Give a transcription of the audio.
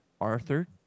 arthur